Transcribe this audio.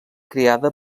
creada